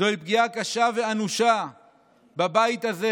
זוהי פגיעה קשה ואנושה בבית הזה,